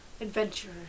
adventure